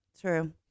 True